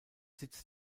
sitz